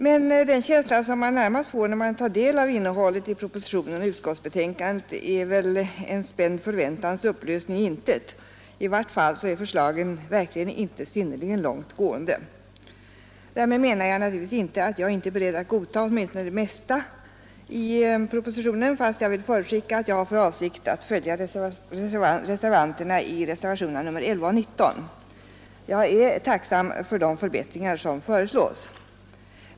Men den känsla man närmast får när man tar del av innehållet i propositionen och utskottsbetänkandet är väl en spänd förväntans upplösning i intet. I varje fall är förslagen verkligen inte synnerligen långt gående. Därmed menar jag naturligtvis inte att jag inte är beredd att godta åtminstone det mesta i propositionen — fast jag vill förutskicka att jag har för avsikt att följa reservanterna i reservationerna 11 och 19. Jag är tacksam för de förbättringar som föreslås.